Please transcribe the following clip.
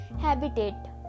Habitat